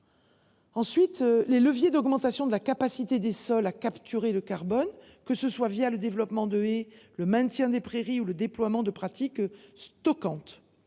ajoutent les leviers d’augmentation de la capacité des sols à capturer le carbone, que ce soit par le développement de haies, le maintien des prairies ou le déploiement de pratiques de stockage.